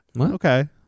Okay